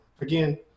again